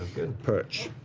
perch.